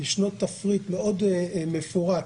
ישנו תפריט מאוד מפורט